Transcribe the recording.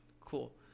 cool